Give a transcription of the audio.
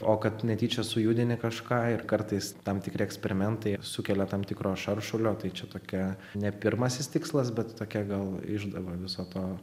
o kad netyčia sujudini kažką ir kartais tam tikri eksperimentai sukelia tam tikro šaršulio tai čia tokia ne pirmasis tikslas bet tokia gal išdava viso to